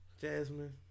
Jasmine